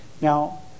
Now